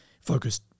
focused